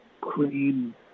cream